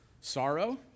Sorrow